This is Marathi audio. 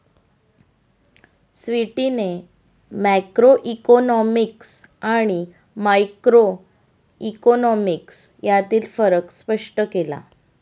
स्वीटीने मॅक्रोइकॉनॉमिक्स आणि मायक्रोइकॉनॉमिक्स यांतील फरक स्पष्ट केला